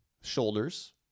shoulders